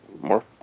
more